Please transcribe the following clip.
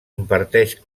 imparteix